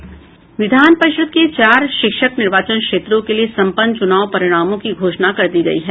विधान परिषद के चार शिक्षक निर्वाचन क्षेत्रों के लिए सम्पन्न चुनाव परिणामों की घोषणा कर दी गयी है